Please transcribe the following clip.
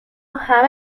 همه